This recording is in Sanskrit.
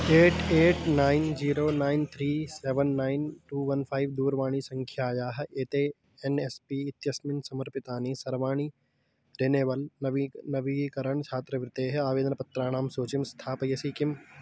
at eight nine zero nine three seven nine two one five दूर्वाणीसङ्ख्यायाः एते एन् एस् पी इत्यस्मिन् समर्पितानि सर्वाणि रेनेबल् नविक् नवीकरणं छात्रवृत्तेः आवेदनपत्राणां सूचीं स्थापयसि किम्